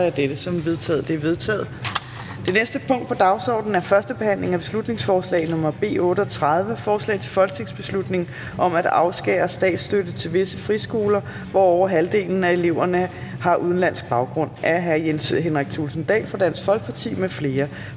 Det næste punkt på dagsordenen er: 26) 1. behandling af beslutningsforslag nr. B 38: Forslag til folketingsbeslutning om at afskære statsstøtte til visse friskoler, hvor over halvdelen af eleverne har udenlandsk baggrund. Af Jens Henrik Thulesen Dahl (DF) m.fl.